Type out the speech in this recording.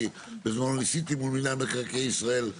ואז לדימונה יהיה כסף להביא מהנדסים מעולים שיעשו תכנון מעולה.